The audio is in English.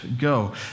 go